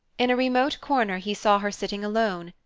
in a remote corner he saw her sitting alone,